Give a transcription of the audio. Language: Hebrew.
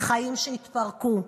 חיים שהתפרקו,